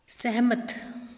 ਸਹਿਮਤ